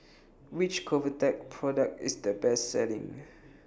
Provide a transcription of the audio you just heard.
Which Convatec Product IS The Best Selling